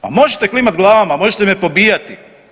Pa možete klimat glavama, možete me pobijati.